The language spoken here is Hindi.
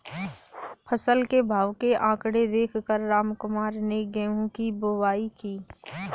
फसल के भाव के आंकड़े देख कर रामकुमार ने गेहूं की बुवाई की